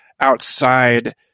outside